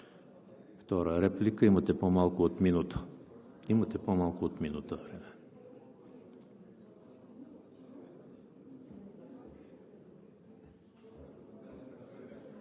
– втора реплика. Имате по-малко от минута